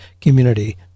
community